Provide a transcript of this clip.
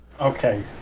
Okay